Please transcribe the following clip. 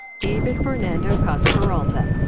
david fernando casaperalta.